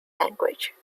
language